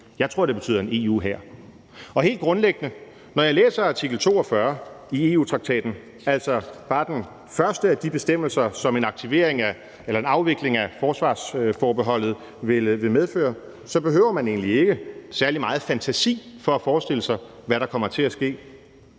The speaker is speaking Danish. Jeg tror, at det betyder en EU-hær. Helt grundlæggende behøver man ikke, når man læser artikel 42 i EU-traktaten, altså bare den første af de bestemmelser, som en afvikling af forsvarsforbeholdet vil medføre, særlig meget fantasi for at forestille sig, hvad der kommer til at ske.